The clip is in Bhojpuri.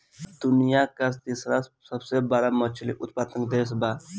भारत दुनिया का तीसरा सबसे बड़ा मछली उत्पादक देश बा